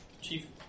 chief